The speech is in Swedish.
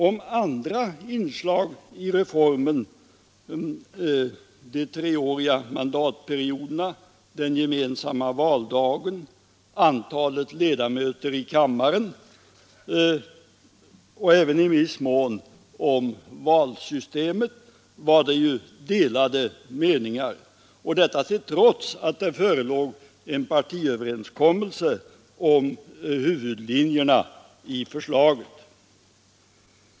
Om andra inslag i reformen, de treåriga mandatperioderna, den gemensamma valdagen, antalet ledamöter i kammaren och även i viss mån valsystemet, var det ju delade meningar, och detta trots att det förelåg en partiöverenskommelse om huvudlinjerna i förslaget.